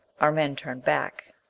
our men turned back.